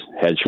hedge